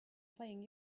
playing